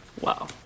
Wow